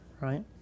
right